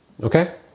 Okay